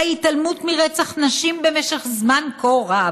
ההתעלמות מרצח נשים במשך זמן כה רב,